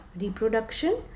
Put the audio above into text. reproduction